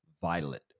Violet